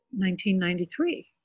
1993